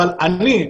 אבל אני,